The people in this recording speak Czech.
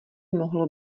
mohlo